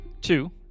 Two